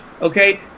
okay